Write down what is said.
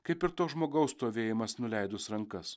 kaip ir to žmogaus stovėjimas nuleidus rankas